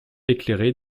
éclairé